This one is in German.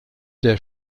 der